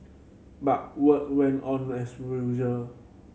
but work went on as rural